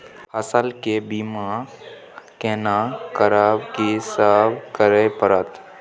फसल के बीमा केना करब, की सब करय परत?